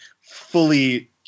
fully